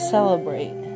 Celebrate